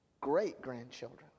great-grandchildren